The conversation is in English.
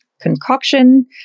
concoction